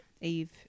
Eve